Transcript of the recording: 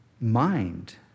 mind